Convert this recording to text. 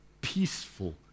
peaceful